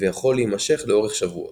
ויכול להמשך לאורך שבועות.